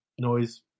noise